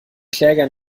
kläger